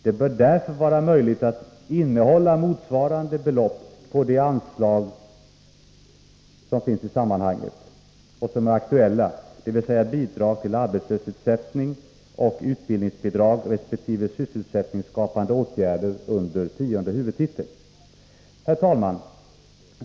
Det bör därför vara möjligt att innehålla motsvarande belopp på de anslag som är aktuella, dvs. bidrag till arbetslöshetsersättning och utbildningsbidrag resp. sysselsättningsskapande åtgärder under tionde huvudtiteln. Herr talman!